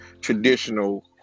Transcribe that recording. traditional